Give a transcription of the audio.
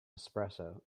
espresso